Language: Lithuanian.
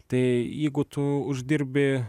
tai jeigu tu uždirbi